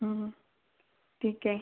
ठीक आहे